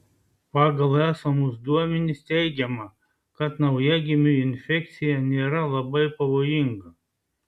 pagal esamus duomenis teigiama kad naujagimiui infekcija nėra labai pavojinga